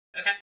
Okay